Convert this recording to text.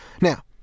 Now